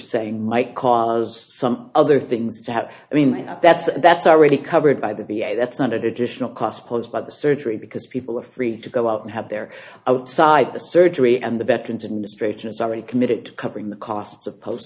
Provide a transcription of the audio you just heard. saying might cause some other things to have i mean that's that's already covered by the v a that's not a digital cost posed by the surgery because people are free to go out and have their outside the surgery and the veterans administration is already committed to covering the costs of post